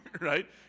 right